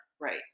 right